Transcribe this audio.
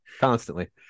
constantly